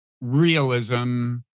realism